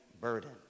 burden